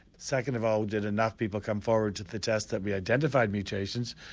second of all did enough people come forward to the test that we identified mutations,